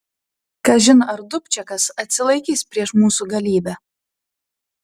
kažin ar dubčekas atsilaikys prieš mūsų galybę